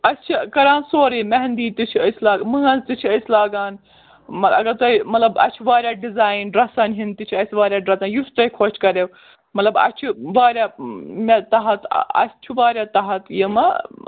اَسہِ چھِ کَران سورُے مہندی تہِ چھِ أسۍ لاگان مٲنٛزۍ تہِ چھِ لاگان اگر تۄہہِ مطلب اَسہِ چھِ واریاہ ڈِزایِن ڈرسن ہِنٛدۍ تہِ چھِ اَسہِ واریاہ یُس تُہۍ خۄش کَریو مطلب اَسہِ چھِ واریاہ مےٚ تحت اَسہِ چھُ وارِیاہ تحت یِمہٕ